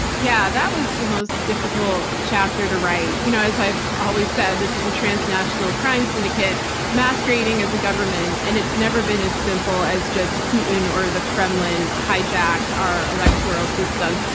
yeah. that was the most difficult chapter to write. you know as i've always said, this is a transnational crime syndicate masquerading as a government. and it's never been as simple as just putin or the kremlin hijacked our electoral system.